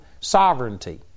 sovereignty